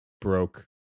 broke